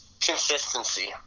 Consistency